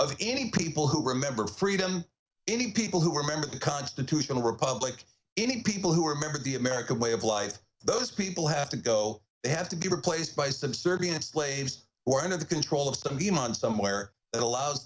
of any people who remember freedom any people who are member of the constitutional republic any people who are member of the american way of life those people have to go they have to be replaced by subservient slaves or under the control of the month somewhere that allows